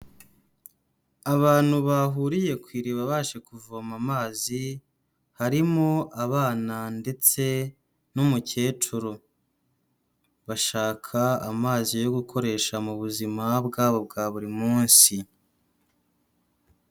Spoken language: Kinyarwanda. Abantu bahuriye ku iriba baje kuvoma amazi, harimo abana ndetse n'umukecuru. Bashaka amazi yo gukoresha mu buzima bwabo bwa buri munsi.